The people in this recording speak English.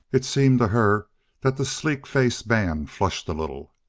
it seemed to her that the sleek-faced man flushed a little.